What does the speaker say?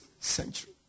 century